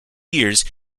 years